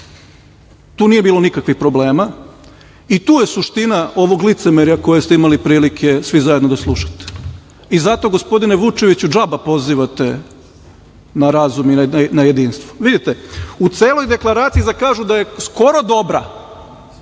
Tu nije bilo nikakvih problema i tu je suština ovog licemerja koje ste imali prilike svi zajedno da slušate i zato, gospodine Vučeviću, džaba pozivate na razum i na jedinstvo. Vidite, u celoj deklaraciji, kažu da je skoro dobra,